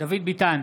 דוד ביטן,